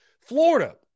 Florida